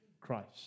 Christ